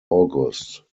august